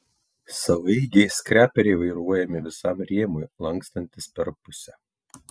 savaeigiai skreperiai vairuojami visam rėmui lankstantis per pusę